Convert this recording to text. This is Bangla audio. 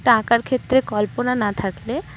টাকার ক্ষেত্রে কল্পনা না থাকলে